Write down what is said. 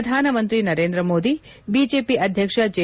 ಪ್ರಧಾನ ಮಂತ್ರಿ ನರೇಂದ್ರ ಮೋದಿ ಬಿಜೆಪಿ ಅಧ್ಯಕ್ಷ ಜೆ